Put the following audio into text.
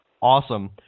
Awesome